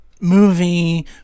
movie